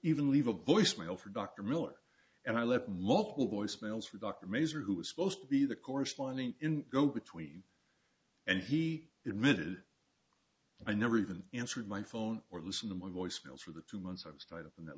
even leave a voicemail for dr miller and i left multiple voice mails for dr maser who was supposed to be the correspondent in go between and he admitted i never even answered my phone or listen to my voice mails for the two months i was tied up in that